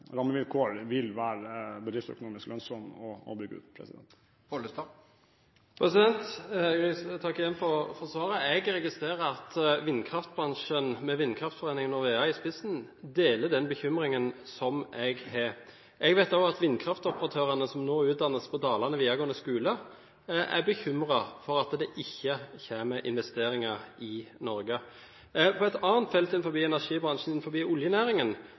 rammevilkår vil være bedriftsøkonomisk lønnsomme å bygge ut. Jeg takker igjen for svaret. Jeg registrerer at vindkraftbransjen med vindkraftforeningen Norwea i spissen deler den bekymringen som jeg har. Jeg vet også at vindkraftoperatørene, som nå utdannes på Dalane videregående skole, er bekymret for at det ikke kommer investeringer i Norge. På et annet felt innenfor energibransjen, i oljenæringen,